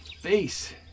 face